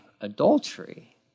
adultery